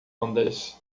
ondas